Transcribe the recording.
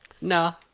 no